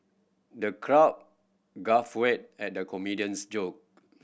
the crowd guffawed at the comedian's joke